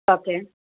okay